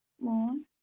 Moon